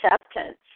acceptance